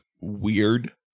weird